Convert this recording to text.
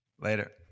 Later